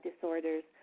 disorders